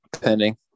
pending